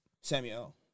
Samuel